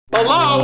Hello